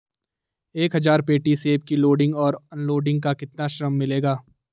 एक हज़ार पेटी सेब की लोडिंग और अनलोडिंग का कितना श्रम मिलेगा?